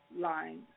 line